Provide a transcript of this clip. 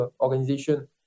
organization